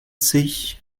sich